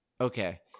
Okay